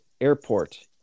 airport